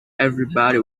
everybody